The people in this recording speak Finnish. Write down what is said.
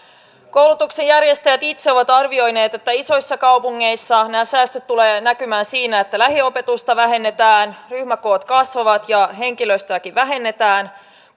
koulutuksen järjestäjät itse ovat arvioineet että isoissa kaupungeissa nämä säästöt tulevat näkymään siinä että lähiopetusta vähennetään ryhmäkoot kasvavat ja henkilöstöäkin vähennetään